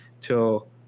till